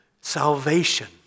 salvation